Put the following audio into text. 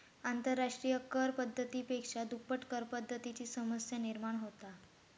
आंतरराष्ट्रिय कर पद्धती पेक्षा दुप्पट करपद्धतीची समस्या निर्माण होता